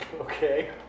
Okay